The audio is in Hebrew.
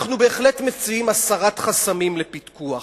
אנחנו בהחלט מציעים הסרת חסמים לפיקוח,